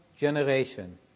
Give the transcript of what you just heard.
generation